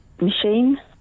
Machine